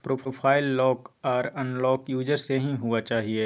profile lock आर unlock user से ही हुआ चाहिए